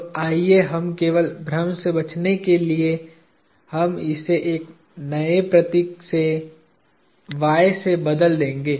तो आइए हम केवल भ्रम से बचने के लिए हम इसे एक नए प्रतीक y से बदल देंगे